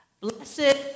Blessed